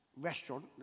restaurant